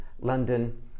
London